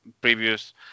previous